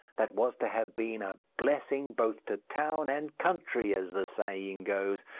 that was to have been a blessing both to town and country, as the saying goes!